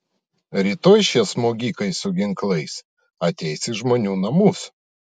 rytoj šie smogikai su ginklais ateis į žmonių namus